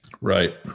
Right